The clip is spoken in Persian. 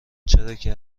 چراکه